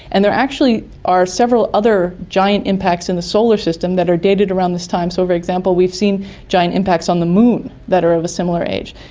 and there actually are several other giant impacts in the solar system that are dated around this time. so, for example, we've seen giant impacts on the moon that are of a similar age,